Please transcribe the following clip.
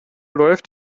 läuft